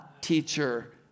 teacher